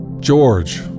George